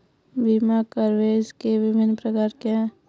बीमा कवरेज के विभिन्न प्रकार क्या हैं?